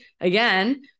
again